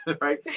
right